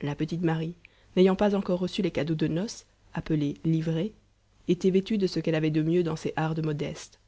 la petite marie n'ayant pas encore reçu les cadeaux de noces appelés livrées était vêtue de ce qu'elle avait de mieux dans ses hardes modestes